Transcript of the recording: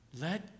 Let